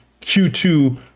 Q2